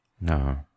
No